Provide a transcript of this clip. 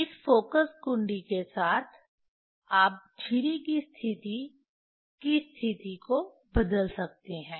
इस फ़ोकस घुंडी के साथ आप झिरी की स्थिति की स्थिति को बदल सकते हैं